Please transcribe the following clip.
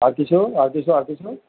আর কিছু আর কিছু আর কিছু